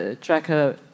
Tracker